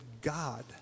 God